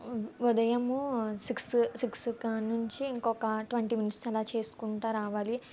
ఉదయం six six కాడ నుంచి ఇంకొక ట్వంటీ మినిట్స్ అలా చేసుకుంటు రావాలి